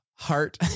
Heart